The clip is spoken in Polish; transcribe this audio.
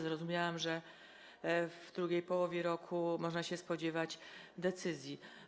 Zrozumiałam, że w drugiej połowie roku można się spodziewać decyzji.